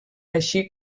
així